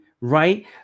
right